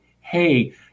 hey